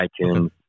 iTunes